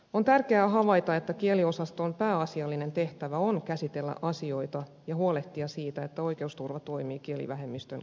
on tärkeää havaita että kieliosaston pääasiallinen tehtävä on käsitellä asioita ja huolehtia siitä että oikeusturva toimii kielivähemmistön kielellä